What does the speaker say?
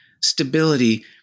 stability